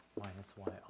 minus y